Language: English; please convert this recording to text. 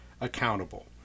accountable